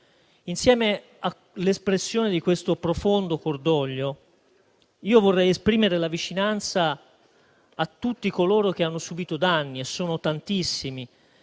Insieme all'espressione di questo profondo cordoglio, vorrei esprimere la vicinanza a tutti coloro che hanno subito danni e sono tantissimi.